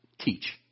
teach